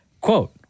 Quote